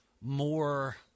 more